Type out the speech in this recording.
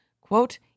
Quote